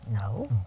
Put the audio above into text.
No